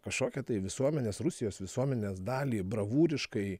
kažkokią tai visuomenės rusijos visuomenės dalį bravūriškai